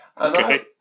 Okay